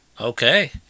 okay